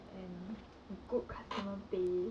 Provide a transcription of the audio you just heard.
and good customer base